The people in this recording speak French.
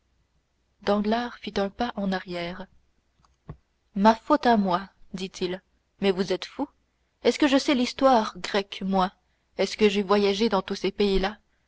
danglars fit un pas en arrière ma faute à moi dit-il mais vous êtes fou est-ce que je sais l'histoire grecque moi est-ce que j'ai voyagé dans tous ces pays-là